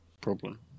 problem